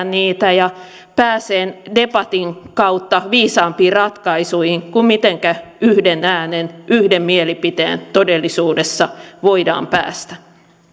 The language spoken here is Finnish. niitä ja pääsemään debatin kautta viisaampiin ratkaisuihin kuin mitenkä yhden äänen yhden mielipiteen todellisuudessa voidaan päästä